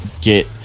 get